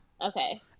okay